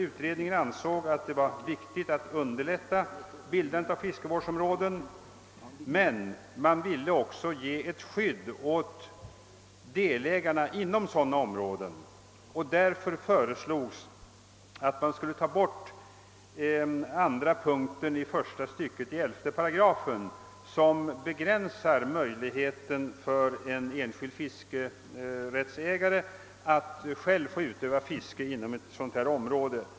Utredningen ansåg att det var riktigt att underlätta bildandet av fiskevårdsområden, men man ville också skapa ett skydd för delägar na inom sådana områden och därför föreslog man borttagande av andra punkten av första stycket i 11 8 som begränsar möjligheten för en enskild fiskerättsägare att själv få utöva fiske inom ett sådant område.